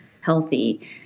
healthy